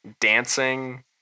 dancing